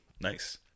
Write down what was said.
Nice